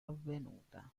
avvenuta